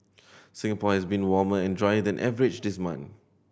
Singapore has been warmer and drier than average this month